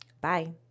Bye